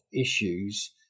issues